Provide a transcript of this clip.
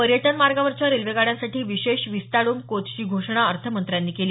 पर्यटन मार्गावरच्या रेल्वेगाड्यांसाठी विशेष विस्टाडोम कोचची घोषणा अर्थमंत्र्यांनी केली